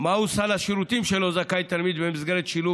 מהו סל השירותים שלו זכאי תלמיד במסגרת שילוב